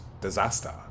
disaster